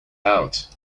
out